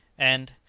and,